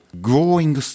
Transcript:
growing